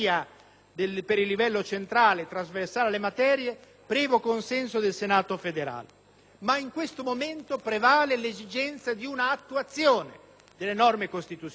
per il livello centrale trasversale alle materie, previo consenso del Senato federale. Ma in questo momento prevale l'esigenza di una attuazione delle norme costituzionali,